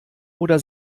oder